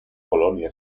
colonia